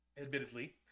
admittedly